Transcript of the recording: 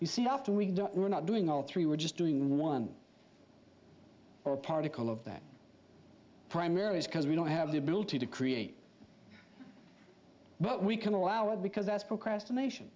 you see after we were not doing all three were just doing one or particle of that primaries because we don't have the ability to create but we can allow it because that's procrastination